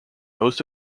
most